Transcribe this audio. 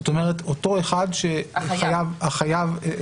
זאת אומרת, אותו אחד שחייב כסף.